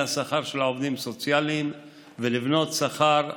השכר של העובדים הסוציאליים ולבנות שכר הגון,